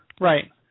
right